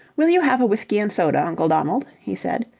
will you have a whisky and soda, uncle donald? he said,